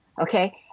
Okay